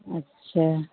अच्छा